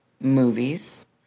movies